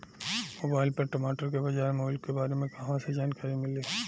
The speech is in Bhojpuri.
मोबाइल पर टमाटर के बजार मूल्य के बारे मे कहवा से जानकारी मिली?